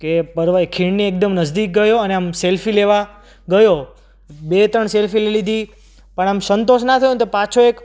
કે પરવે ખીણની એકદમ નજીક ગયો અને આમ સેલ્ફી લેવા ગયો બે ત્રણ સેલ્ફી લીધી પણ આમ સંતોષ ના થયો ને તો પાછો એક